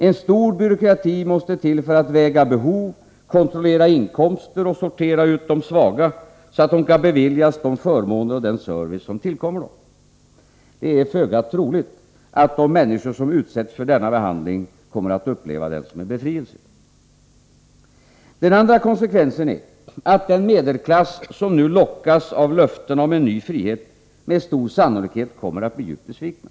En stor byråkrati måste till för att väga behov, kontrollera inkomster och sortera ut de svaga, så att de kan beviljas de förmåner och den service som tillkommer dem. Det är föga troligt att de människor som utsätts för denna behandling kommer att uppleva den som en befrielse. Den andra konsekvensen är att den medelklass som nu lockas av löftena om en ny frihet med stor sannolikhet kommer att bli djupt besviken.